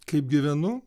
kaip gyvenu